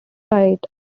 fight